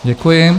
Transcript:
Děkuji.